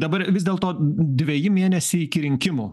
dabar vis dėlto dveji mėnesiai iki rinkimų